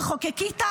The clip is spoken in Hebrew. תחוקקי,